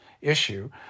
issue